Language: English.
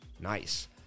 Nice